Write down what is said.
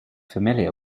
familiar